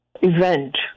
event